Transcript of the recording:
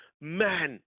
man